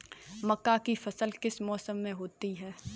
मक्का की फसल किस मौसम में होती है?